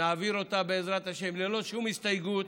נעביר אותה, בעזרת השם, ללא שום הסתייגויות.